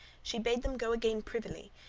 she bade them go again privily,